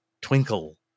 twinkle